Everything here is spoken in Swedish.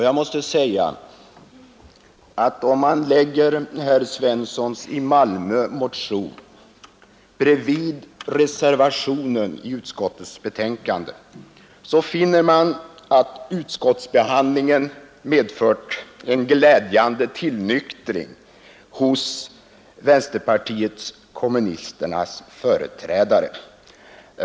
Jag måste säga att om man lägger herr Svenssons i Malmö motion bredvid reservationen i utskottsbetänkandet, så finner man att utskottsbehandlingen medfört en glädjande tillnyktring hos vänsterpartiet kommunisternas företrädare.